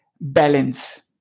balance